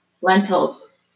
lentils